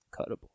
cuttable